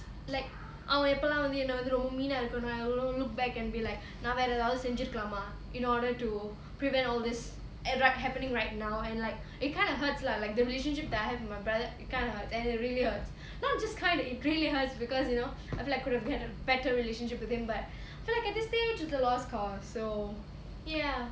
like அவன் எப்போ எல்லாம் வந்து என்ன வந்து ரொம்ப:avan eppo ellam vandhu enna vandhu romba mean ah இருப்பானோ:iruppaano and look back and be like நா வேற எதாவது செஞ்சிரிக்கலாமா:naa vera edhavadhu senchirikkalaama in order to prevent all this happening right now and like it kind of hurts lah like the relationship that I have with my brother it kind of hurts it really hurts you know it just kind of it really hurts because you know I feel like I could get a better relationship with him but then like so at this stage it's a lost cause so ya